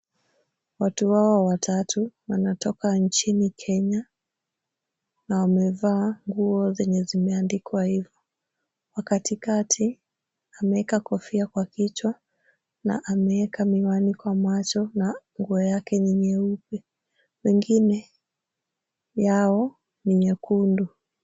Watu hawa watatu wanatoka nchini Kenya na wamevaa nguo zenye zimeandikwa hivyo. Wa katikati, ameeka kofia kwa kichwa na ameweka miwani kwa macho na nguo yake ni nyeupe. Wengine yao ni nyekundu.